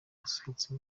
yasohotse